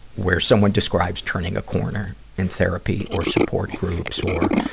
where someone describes turning a corner in therapy or support groups or,